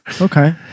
Okay